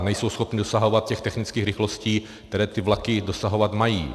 Nejsou schopny dosahovat těch technických rychlostí, které vlaky dosahovat mají.